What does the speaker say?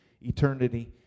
Eternity